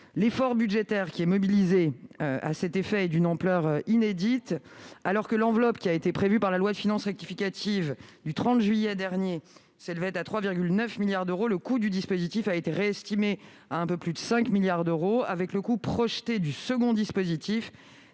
L'effort budgétaire qui est mobilisé à cet effet est d'une ampleur inédite. Alors que l'enveloppe prévue par la loi de finances rectificative du 30 juillet dernier s'élevait à 3,9 milliards d'euros, le coût du dispositif a été réévalué à un peu plus de 5 milliards d'euros. Compte tenu du coup projeté du second dispositif,